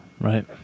right